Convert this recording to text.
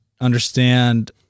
understand